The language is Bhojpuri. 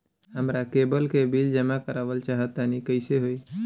हमरा केबल के बिल जमा करावल चहा तनि कइसे होई?